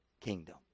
kingdom